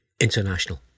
International